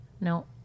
No